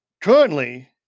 currently